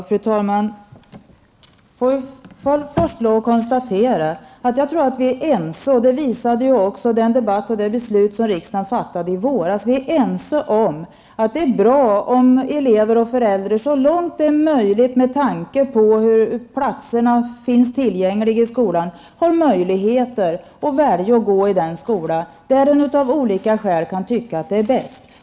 Fru talman! Jag vill först konstatera att jag tror att vi är tämligen ense -- det visar också debatten och besluten i riksdagen i våras -- om att det är bra om elever och föräldrar så långt det är möjligt med tanke på de platser som finns tillgängliga kan få välja att gå i den skola som man av olika skäl kan tycka är bäst.